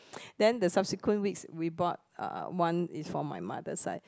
then the subsequent weeks we bought uh one is for my mother side